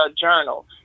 journal